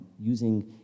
using